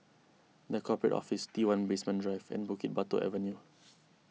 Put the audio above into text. the Corporate Office T one Basement Drive and Bukit Batok Avenue